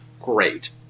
Great